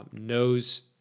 knows